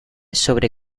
sobre